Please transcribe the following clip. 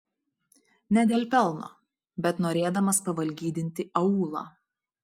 ne dėl pelno bet norėdamas pavalgydinti aūlą